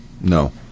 no